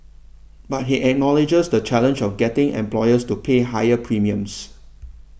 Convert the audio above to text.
but he acknowledges the challenge of getting employers to pay higher premiums